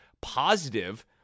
positive